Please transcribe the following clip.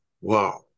Wow